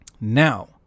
Now